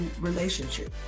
relationship